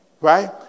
Right